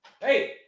Hey